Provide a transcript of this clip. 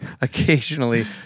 occasionally